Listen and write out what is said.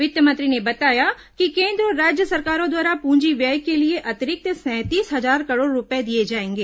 वित्तमंत्री ने बताया कि केन्द्र और राज्य सरकारों द्वारा पूंजी व्यय के लिए अतिरिक्त सैंतीस हजार करोड़ रूपये दिये जायेंगे